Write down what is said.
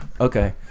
Okay